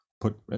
put